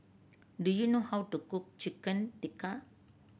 do you know how to cook Chicken Tikka